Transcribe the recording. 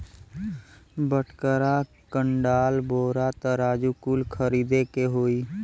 बटखरा, कंडाल, बोरा, तराजू कुल खरीदे के होई